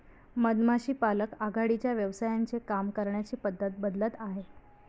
मधमाशी पालक आघाडीच्या व्यवसायांचे काम करण्याची पद्धत बदलत आहे